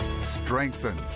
strengthen